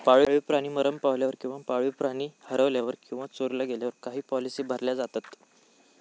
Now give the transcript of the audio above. पाळीव प्राणी मरण पावल्यावर किंवा पाळीव प्राणी हरवल्यावर किंवा चोरीला गेल्यावर काही पॉलिसी भरल्या जातत